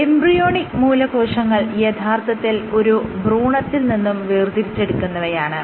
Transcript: embryonic മൂലകോശങ്ങൾ യഥാർത്ഥത്തിൽ ഒരു ഭ്രൂണത്തിൽ നിന്നും വേർതിരിച്ചെടുക്കുന്നവയാണ്